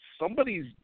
somebody's